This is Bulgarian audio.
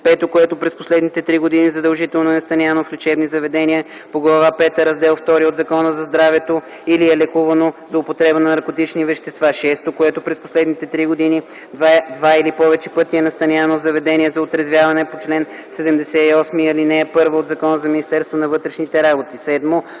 5. което през последните 3 години задължително е настанявано в лечебни заведения по Глава пета, Раздел II от Закона за здравето или е лекувано за употреба на наркотични вещества; 6. което през последните 3 години два или повече пъти е настанявано в заведение за отрезвяване по чл. 78, ал. 1 от Закона за Министерството на вътрешните работи;